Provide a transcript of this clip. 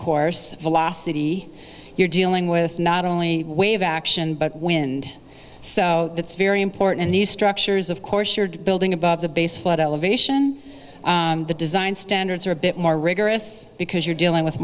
course velocity you're dealing with not only wave action but wind so that's very important in these structures of course building above the base flood elevation the design standards are a bit more rigorous because you're dealing with